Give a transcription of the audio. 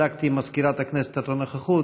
בדקתי עם מזכירת הכנסת את הנוכחות,